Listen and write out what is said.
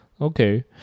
Okay